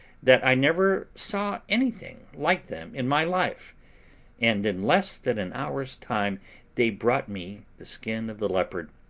that i never saw anything like them in my life and in less than an hour's time they brought me the skin of the leopard,